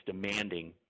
demanding